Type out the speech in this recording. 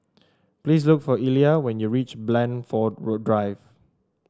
please look for Elia when you reach Blandford Drive